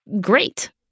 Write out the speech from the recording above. great